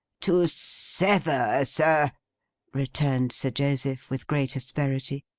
to sever, sir returned sir joseph, with great asperity,